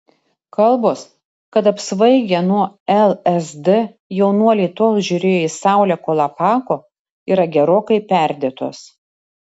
kalbos kad apsvaigę nuo lsd jaunuoliai tol žiūrėjo į saulę kol apako yra gerokai perdėtos